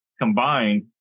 combined